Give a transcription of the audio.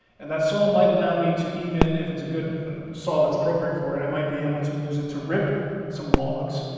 and that saw might allow me to even, if it's a good and saw that's appropriate for it, i might be able to use it to rip some logs,